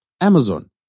Amazon